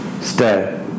Stay